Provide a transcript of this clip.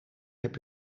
heb